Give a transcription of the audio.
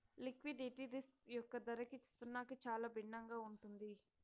liquidity risk యొక్క ధరకి సున్నాకి చాలా భిన్నంగా ఉంటుంది